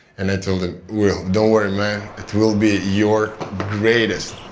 and i told him will, don't worry man, it will be your greatest